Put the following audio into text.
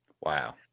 wow